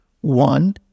one